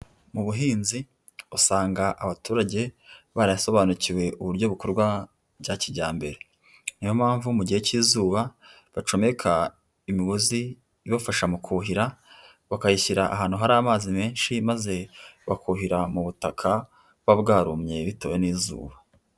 Mu buhinzi usanga abaturage barasobanukiwe uburyo bukorwa bya kijyambere. Ni yo mpamvu mu gihe cy'izuba bacomeka imigozi ibafasha mu kuhira, bakayishyira ahantu hari amazi menshi maze bakuhira mu butaka buba bwarumye bitewe n'izuba.